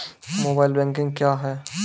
Mobile banking क्या हैं?